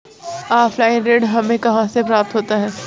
Offline ऋण हमें कहां से प्राप्त होता है?